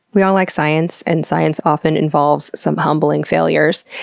we all like science, and science often involves some humbling failures,